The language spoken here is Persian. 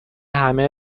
همه